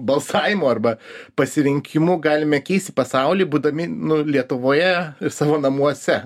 balsavimu arba pasirinkimu galime keisti pasaulį būdami lietuvoje ir savo namuose